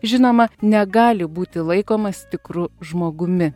žinoma negali būti laikomas tikru žmogumi